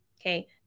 Okay